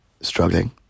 struggling